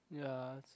ya